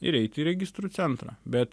ir eit į registrų centrą bet